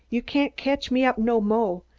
you cain't catch me up no mo'.